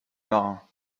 marin